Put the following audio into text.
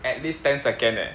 at least ten second leh